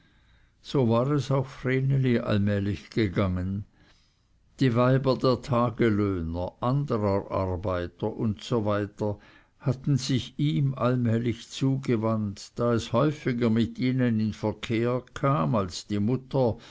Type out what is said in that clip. so war es auch vreneli allmählich gegangen die weiber der tagelöhner anderer arbeiter usw hatten sich ihm allmählich zugewandt da es häufiger mit ihnen in verkehr kam als die mutter